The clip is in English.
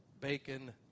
bacon